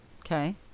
okay